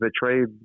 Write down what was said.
betrayed